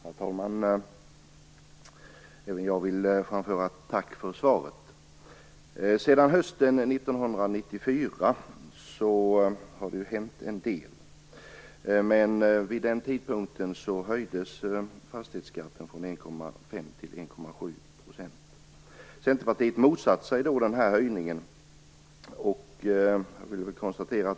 Herr talman! Även jag vill framföra ett tack för svaret. Sedan hösten 1994 har det ju hänt en del. Vid den tidpunkten höjdes fastighetsskatten från 1,5 % till 1,7 %. Centerpartiet motsatte sig höjningen.